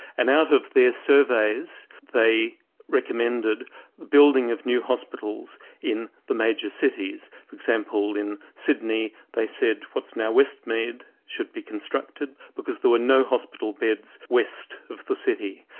and out of their surveys, they recommended building of new hospitals in the major cities, for example in sydney, they said what's now westmead should be constructed because there were no hospital beds west of the city.